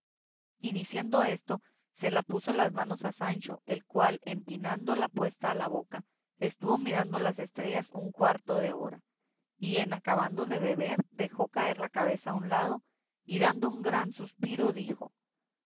y diciendo esto se la puso en las manos a sancho el cual empinándola puesta a la boca estuvo mirando las estrellas un cuarto de hora y en acabando de beber dejó caer la cabeza a un lado y dando un gran suspiro dijo